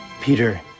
Peter